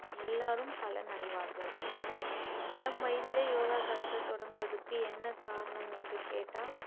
எல்லாரும் பலன் அடைவார்கள் இளம் வயதிலே யோகா கற்க தொடங்குவதற்கு என்ன காரணம் என்று கேட்டால்